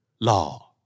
Law